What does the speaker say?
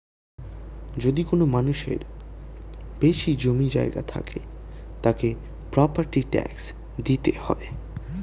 যদি কোনো মানুষের বেশি জমি জায়গা থাকে, তাকে প্রপার্টি ট্যাক্স দিতে হয়